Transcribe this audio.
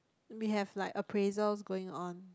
we have like appraisals going on